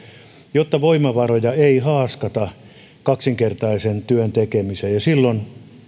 jotta voimavaroja ei haaskata kaksinkertaisen työn tekemiseen ja silloin